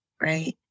right